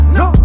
no